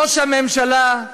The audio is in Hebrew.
ראש הממשלה,